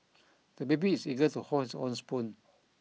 the baby is eager to hold his own spoon